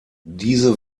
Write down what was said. diese